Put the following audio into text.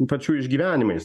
pačių išgyvenimais